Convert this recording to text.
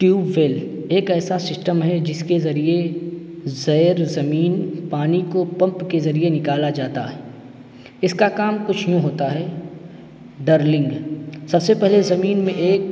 tube well ایک ایسا system ہے جس کے ذریعہ زیر زمین پانی کو پمپ کے ذریعہ نکالا جاتا ہے اس کا کام کچھ یوں ہوتا ہے ڈرلنگ سب سے پہلے زمین میں ایک